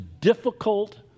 difficult